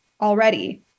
already